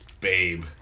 babe